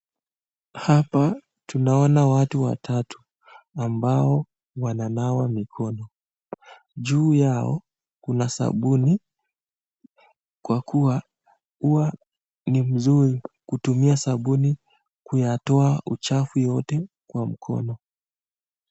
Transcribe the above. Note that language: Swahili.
Hapa tunaona watu watatu ambao wananawa mikono .Juu yao kuna sabuni kwa kuwa huwa ni nzuri kutumia sabuni kutoa uchafu yote kwa mkono.